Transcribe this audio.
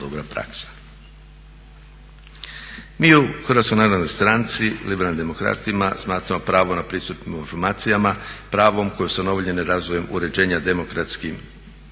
praksa. Mi u HNS-u Liberalnim demokratima smatramo pravo na pristup informacijama pravom koje je ustanovljeno razvojem uređenja demokratskih